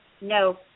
No